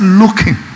looking